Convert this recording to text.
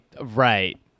Right